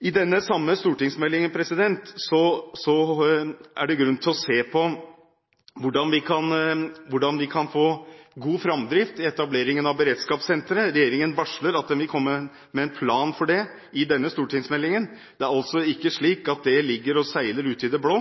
i denne stortingsmeldingen. Det er altså ikke slik at det ligger og seiler ute i det blå.